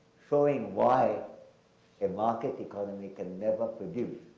showing why a market economy can never produce